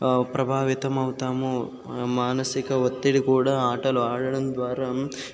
ప్రభావితం అవుతాము మానసిక ఒత్తిడి కూడా ఆటలు ఆడడం ద్వారా